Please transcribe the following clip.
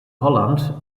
holland